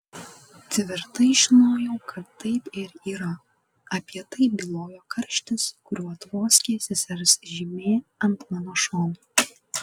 tvirtai žinojau kad taip ir yra apie tai bylojo karštis kuriuo tvoskė sesers žymė ant mano šono